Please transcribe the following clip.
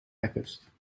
lekkerst